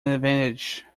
advantage